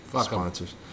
sponsors